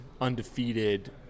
undefeated